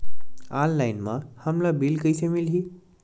Online म हमला bill कइसे मिलही?